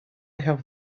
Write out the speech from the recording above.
have